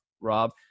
Rob